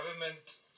government